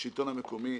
בשלטון המקומי.